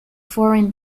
foreign